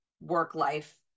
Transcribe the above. work-life